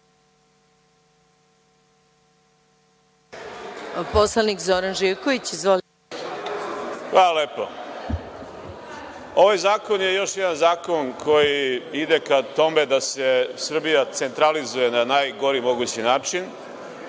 zakon je još jedan zakon koji ide ka tome da se Srbija centralizuje na najgori mogući način,